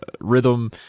rhythm